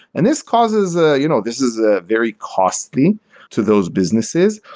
and this causes ah you know this is ah very costly to those businesses.